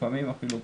לפעמים אפילו פחות.